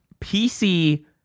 PC